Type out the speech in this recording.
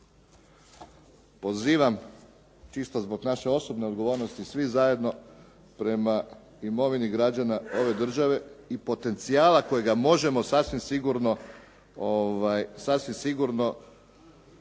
Pozivam čisto zbog naše osobne odgovornosti svi zajedno prema imovini građana ove države i potencijala kojega možemo sasvim sigurno izvući